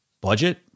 budget